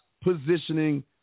positioning